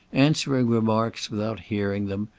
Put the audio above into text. answering remarks without hearing them,